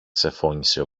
ξεφώνισε